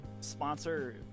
sponsor